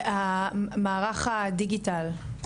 מערך הדיגיטל,